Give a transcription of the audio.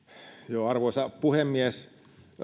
arvoisa puhemies